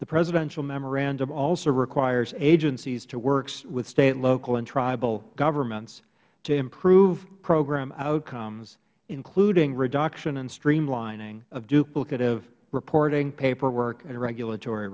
the presidential memorandum also requires agencies to work with state local and tribal governments to improve program outcomes including reduction and streamlining of duplicative reporting paperwork and regulatory